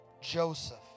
Joseph